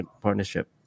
partnership